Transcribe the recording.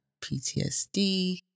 PTSD